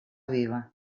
viva